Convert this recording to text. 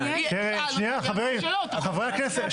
חברים, חברי הכנסת.